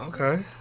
Okay